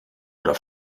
oder